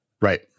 Right